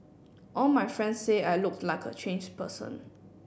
all my friends say I look like a changed person